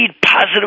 positive